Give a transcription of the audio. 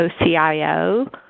OCIO